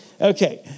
Okay